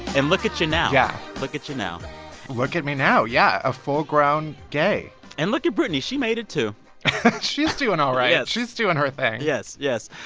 and look at you now yeah look at you now look at me now, yeah a full-grown gay and look at britney. she made it, too she's doing and all right. yeah she's doing her thing yes, yes.